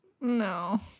No